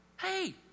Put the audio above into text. Hey